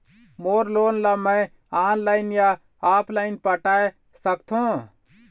मोर loan ला मैं online या ऑफलाइन पटाए सकथों?